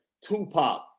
Tupac